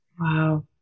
Wow